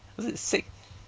was it six